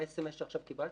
ה-SMS שעכשיו קיבלתי,